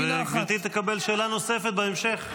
וגברתי תקבל שאלה נוספת בהמשך.